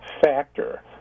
factor